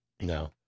No